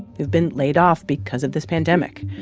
who've been laid off because of this pandemic.